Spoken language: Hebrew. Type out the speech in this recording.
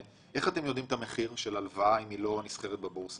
איך אתם יודעים את המחיר של הלוואה אם היא לא נסחרת בבורסה?